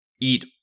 eat